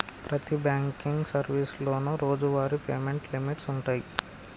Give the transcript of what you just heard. ప్రతి బాంకింగ్ సర్వీసులోనూ రోజువారీ పేమెంట్ లిమిట్స్ వుంటయ్యి